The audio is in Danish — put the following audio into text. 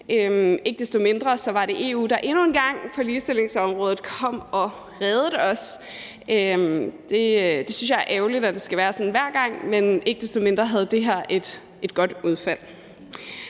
ikke desto mindre var det EU, der endnu en gang på ligestillingsområdet kom og reddede os. Jeg synes, det er ærgerligt, at det skal være sådan hver gang, men ikke desto mindre havde det her et godt udfald.